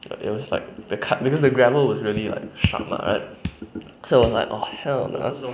ya it was like the cut because the gravel was really like sharp mah right so I was like oh hell no